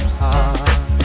heart